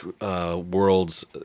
worlds